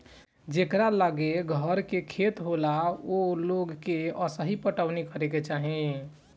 जेकरा लगे घर के खेत होला ओ लोग के असही पटवनी करे के चाही